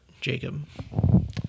Jacob